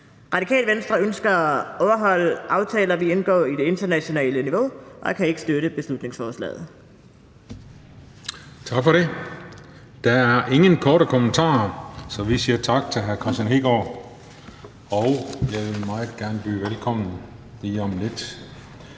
Radikale Venstre ønsker at overholde aftaler, vi indgår i det internationale niveau, og kan ikke støtte beslutningsforslaget. Kl. 14:45 Den fg. formand (Christian Juhl): Tak for det. Der er ingen korte bemærkninger. Så vi siger tak til hr. Kristian Hegaard, og jeg vil meget gerne byde velkommen til hr.